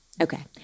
Okay